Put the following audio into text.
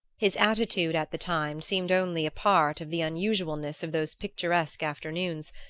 his attitude, at the time, seemed only a part of the unusualness of those picturesque afternoons,